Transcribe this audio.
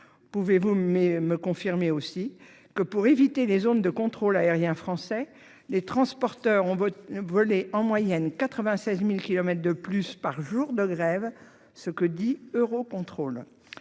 Pouvez-vous confirmer aussi que, pour éviter les zones de contrôle aérien français, les transporteurs ont volé en moyenne 96 000 kilomètres de plus par jour de grève, ainsi que l'indique Eurocontrol